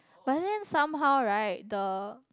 but then somehow right the